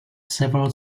several